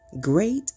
Great